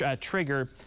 trigger